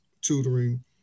tutoring